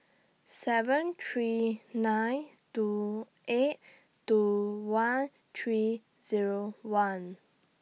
seven three nine two eight two one three Zero one